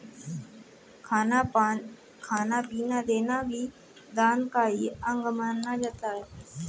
खाना पीना देना भी दान का ही अंग माना जाता है